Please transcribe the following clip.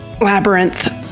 Labyrinth